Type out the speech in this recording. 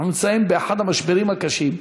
אנחנו נמצאים באחד המשברים הקשים.